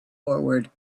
forward